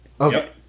okay